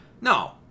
No